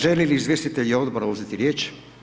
Želi li izvjestitelji Odbora uzeti riječ?